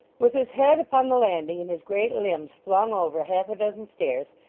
with his head upon the landing and his great limbs flung over half-a-dozen stairs,